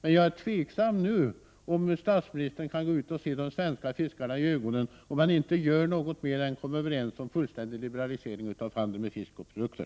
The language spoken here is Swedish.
Men jag är tveksam om statsministern nu kan gå ut och se de svenska fiskarna i ögonen, om han inte gör något annat än kommer överens om en fullständig liberalisering av handeln med fisk och marina produkter.